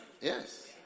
Yes